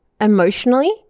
emotionally